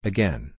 Again